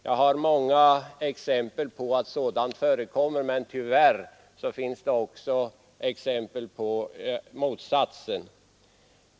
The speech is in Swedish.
Jag har många exempel på att sådant förekommer, men tyvärr finns det också exempel på motsatsen.